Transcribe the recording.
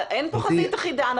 אין פה חזית אחידה,